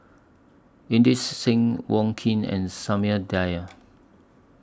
Inderjit Singh Wong Keen and Samuel Dyer